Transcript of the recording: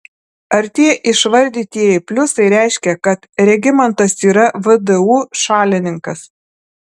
ar tie išvardytieji pliusai reiškia kad regimantas yra vdu šalininkas